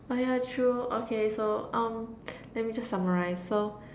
oh yeah true okay so um let me just summarize so